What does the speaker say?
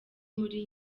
muri